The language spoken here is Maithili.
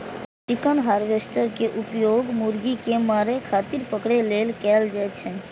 चिकन हार्वेस्टर के उपयोग मुर्गी कें मारै खातिर पकड़ै लेल कैल जाइ छै